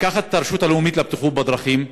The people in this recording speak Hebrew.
לקחת את הרשות הלאומית לבטיחות בדרכים,